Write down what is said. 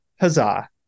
Huzzah